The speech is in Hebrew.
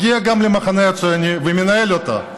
הגיע גם למחנה הציוני ומנהל אותו.